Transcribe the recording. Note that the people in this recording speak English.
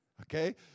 Okay